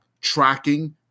Tracking